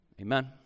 Amen